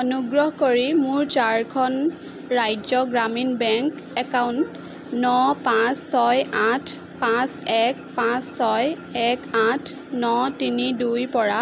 অনুগ্ৰহ কৰি মোৰ ঝাৰখণ্ড ৰাজ্য গ্রামীণ বেংক একাউণ্ট ন পাঁচ ছয় আঠ পাঁচ এক পাঁচ ছয় এক আঠ ন তিনি দুইৰ পৰা